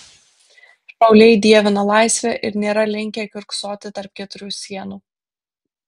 šauliai dievina laisvę ir nėra linkę kiurksoti tarp keturių sienų